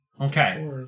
Okay